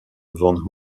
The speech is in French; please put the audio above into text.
van